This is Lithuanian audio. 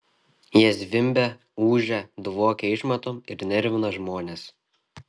jie zvimbia ūžia dvokia išmatom ir nervina žmones